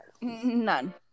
None